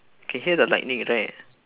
you can hear the lightning right